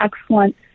excellent